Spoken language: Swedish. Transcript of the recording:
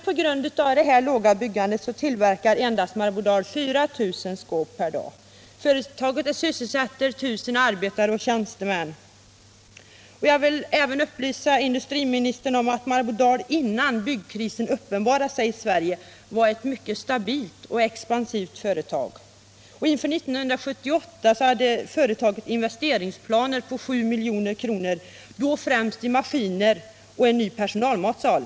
På grund av det låga byggandet tillverkar Marbodal nu endast 4 000 skåp per dag. Företaget sysselsätter 1 000 arbetare och tjänstemän. Jag vill även upplysa industriministern om att Marbodal innan byggkrisen uppenbarade sig i Sverige var ett mycket stabilt och expansivt företag. Inför 1978 hade företaget investeringsplaner på 7 milj.kr., främst i maskiner och en ny personalmatsal.